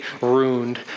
ruined